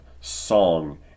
song